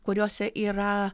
kuriuose yra